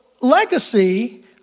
legacy